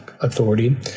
authority